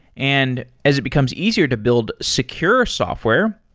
and as it becomes easier to build secure software,